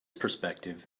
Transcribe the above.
perspective